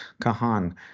Kahan